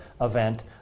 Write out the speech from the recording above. event